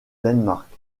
danemark